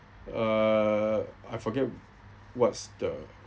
uh I forget what's the